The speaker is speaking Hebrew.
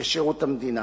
בשירות המדינה